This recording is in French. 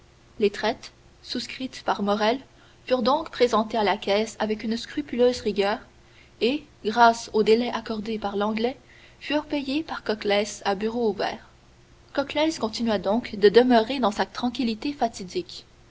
les traites souscrites par morrel furent donc présentées à la caisse avec une scrupuleuse rigueur et grâce au délai accordé par l'anglais furent payées par coclès à bureau ouvert coclès continua donc de demeurer dans sa tranquillité fatidique